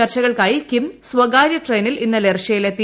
ചർച്ചകൾക്കായി കിം സ്വകാര്യ ട്രെയിനിൽ ഇന്നലെ റഷ്യയിലെത്തി